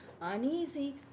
Uneasy